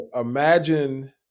imagine